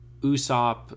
Usopp